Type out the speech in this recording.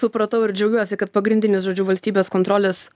supratau ir džiaugiuosi kad pagrindinis žodžiu valstybės kontrolės